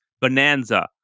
Bonanza